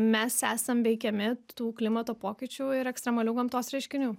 mes esam veikiami tų klimato pokyčių ir ekstremalių gamtos reiškinių